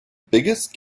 biggest